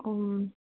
ꯎꯝ